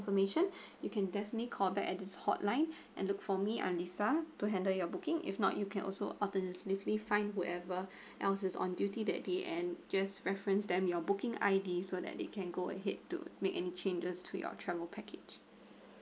confirmation you can definitely call back at this hotline and look for me I'm lisa to handle your booking if not you can also alternatively find whoever else is on duty that day and just reference them your booking I_D so that they can go ahead to make any changes to your travel package